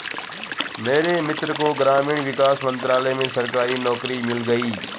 मेरे मित्र को ग्रामीण विकास मंत्रालय में सरकारी नौकरी मिल गई